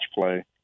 play